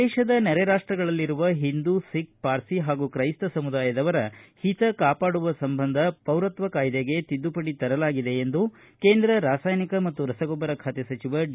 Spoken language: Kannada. ದೇಶದ ನೆರೆ ರಾಷ್ಸಗಳಲ್ಲಿರುವಹಿಂದು ಸಿಖ್ ಪಾರ್ಸಿ ಹಾಗೂ ಕ್ರೈಸ್ತ ಸಮುದಾಯದವರ ಹಿತ ಕಾಪಾಡುವ ಸಂಬಂಧ ಪೌರತ್ವ ಕಾಯ್ದೆಗೆ ತಿದ್ದುಪಡಿ ತರಲಾಗಿದೆ ಎಂದು ಕೆಂದ್ರ ರಾಸಾಯನಿಕ ಮತ್ತು ರಸಗೊಬ್ದರ ಖಾತೆ ಸಚಿವ ಡಿ